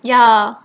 ya